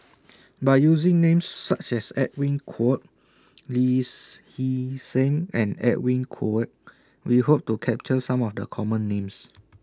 By using Names such as Edwin Koek Lee Hee Seng and Edwin Koek We Hope to capture Some of The Common Names